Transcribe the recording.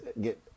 get